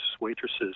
waitresses